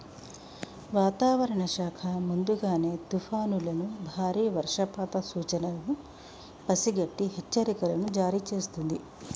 వాతావరణ శాఖ ముందుగానే తుఫానులను బారి వర్షపాత సూచనలను పసిగట్టి హెచ్చరికలను జారీ చేస్తుంది